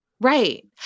Right